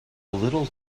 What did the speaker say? little